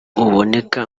uboneka